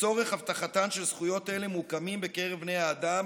ולצורך הבטחתן של זכויות אלה מוקמים בקרב בני האדם